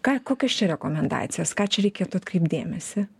ką kokios čia rekomendacijos ką čia reikėtų atkreipt dėmesį